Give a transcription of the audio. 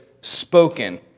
spoken